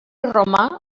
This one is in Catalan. romà